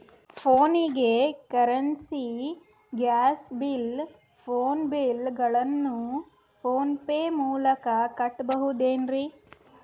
ಫೋನಿಗೆ currency, gas bill, phone bill ಗಳನ್ನು PhonePe ಮೂಲಕ ಕಟ್ಟಬಹುದೇನ್ರಿ?